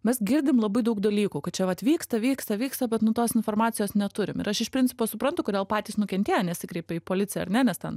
mes girdim labai daug dalykų kad čia vat vyksta vyksta vyksta bet nu tos informacijos neturim ir aš iš principo suprantu kodėl patys nukentėję nesikreipia į policiją ar ne nes ten